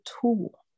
tool